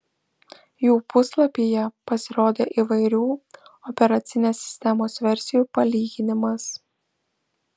jų puslapyje pasirodė įvairių operacinės sistemos versijų palyginimas